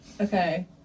Okay